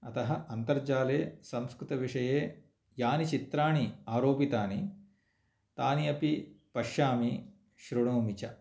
अतः अन्तर्जाले संस्कृतविषये यानि चित्राणि आरोपितानि तानि अपि पश्यामि श्रुणोमि च